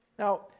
Now